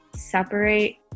separate